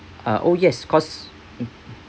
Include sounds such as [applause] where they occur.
uh oh yes cause [noise]